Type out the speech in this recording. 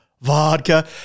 vodka –